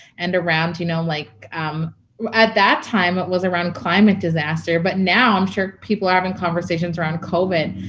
and around, you know, like um at that time, it was around climate disaster, but now i am sure people are having conversations around covid.